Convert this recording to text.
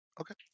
Okay